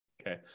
okay